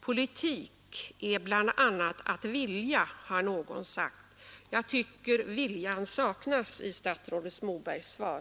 Politik är bl.a. att vilja, har någon sagt. Jag tycker att viljan saknas i statsrådet Mobergs svar.